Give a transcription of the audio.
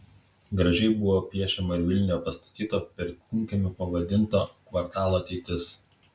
gražiai buvo piešiama ir vilniuje pastatyto perkūnkiemiu pavadinto kvartalo ateitis